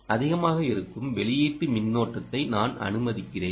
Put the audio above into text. அதிகமாக இருக்கும் வெளியீட்டு மின்னோட்டத்தை நான் அனுமதிக்கிறேன்